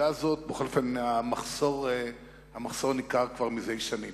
שהמחסור ניכר זה שנים.